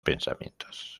pensamientos